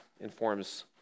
informs